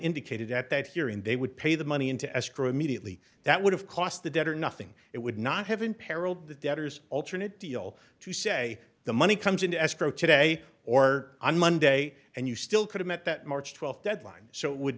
indicated at that hearing they would pay the money into escrow immediately that would have cost the debtor nothing it would not have imperil the debtor's alternate deal to say the money comes into escrow today or on monday and you still could have at that march th deadline so it would